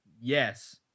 Yes